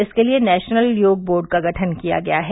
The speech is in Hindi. इसके लिए नेशनल योग बोर्ड का गठन किया गया है